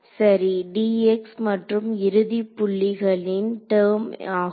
சரி dx மற்றும் இறுதி புள்ளிகளின் டெர்ம் ஆகும்